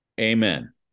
Amen